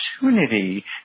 opportunity